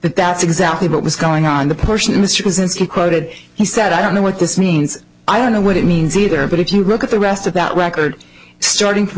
but that's exactly what was going on the person this was and he quoted he said i don't know what this means i don't know what it means either but if you look at the rest of that record starting from